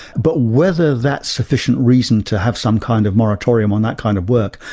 but whether that's sufficient reason to have some kind of moratorium on that kind of work,